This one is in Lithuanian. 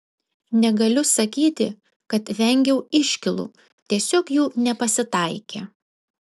negaliu sakyti kad vengiau iškylų tiesiog jų nepasitaikė